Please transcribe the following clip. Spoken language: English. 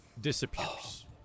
disappears